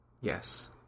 Yes